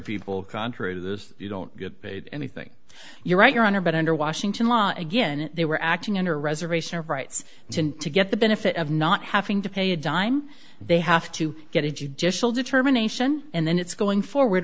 people contrary to this you don't get paid anything you're right your honor but under washington law again they were acting under reservation of rights tend to get the benefit of not having to pay a dime they have to get it you just feel determination and then it's going forward